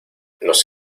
nos